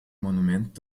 monument